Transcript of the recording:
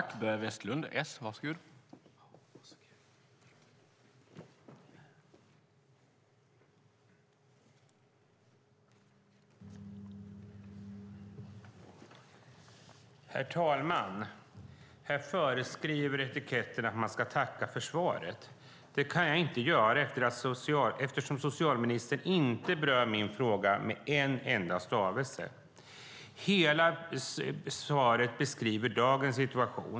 Herr talman! Här föreskriver etiketten att man ska tacka för svaret. Det kan jag inte göra, eftersom socialministern inte berör min fråga med en enda stavelse. Hela svaret beskriver dagens situation.